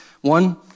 one